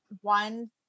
one